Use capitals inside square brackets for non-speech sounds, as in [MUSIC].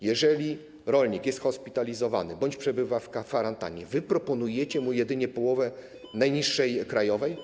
Jeżeli rolnik jest hospitalizowany bądź przebywa w kwarantannie, [NOISE] wy proponujecie mu jedynie połowę najniższej krajowej.